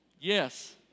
Yes